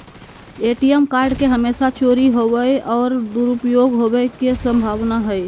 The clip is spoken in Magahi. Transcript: ए.टी.एम कार्ड के हमेशा चोरी होवय और दुरुपयोग होवेय के संभावना हइ